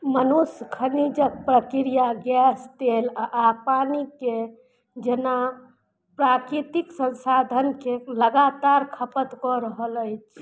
मनुष्य खनिजक प्रक्रिया गैस तेल आओर पानिके जेना प्राकृतिक संसाधनके लगातार खपत कऽ रहल अछि